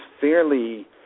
fairly